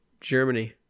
Germany